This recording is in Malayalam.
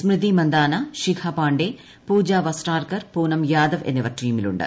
സ്മൃതി മന്ദാന ശിഖാ പാണ്ഡെ പൂജാ വസ്ത്രാകർ പൂനം യാദവ് എന്നിവർ ടീമിലുണ്ട്